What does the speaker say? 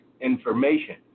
information